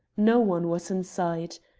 no one was in sight.